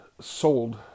sold